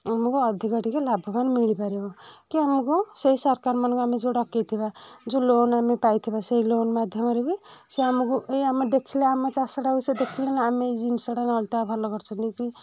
ଆମକୁ ଅଧିକ ଟିକେ ଲାଭବାନ ମିଳିପାରିବ କି ଆମକୁ ସେଇ ସରକାର ମାନକୁ ଆମେ ଯେଉଁ ଡାକିଥିବା ଯେଉଁ ଲୋନ ଆମେ ପାଇଥିବା ସେଇ ଲୋନ ମାଧ୍ୟମରେ ବି ସିଏ ଆମକୁ ଏଇ ଆମ ଦେଖିଲେ ଆମେ ଚାଷଟା କୁ ସିଏ ଦେଖିଲେ ଆମେ ଏଇ ଜିନିଷଟା ନଳିତା ଭଲ କରିଛନ୍ତି କି